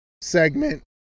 segment